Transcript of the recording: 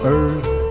earth